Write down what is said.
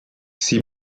sie